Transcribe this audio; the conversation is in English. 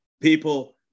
people